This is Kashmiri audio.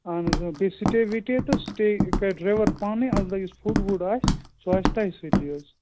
اَہَن حظ بیٚیہِ سِٹے وِٹے تہٕ سِٹے کَرِ ڈرٛیوَر پانَے البتہ یُس فُڈ وُڈ آسہِ سُہ آسہِ تۄہہِ سۭتی حظ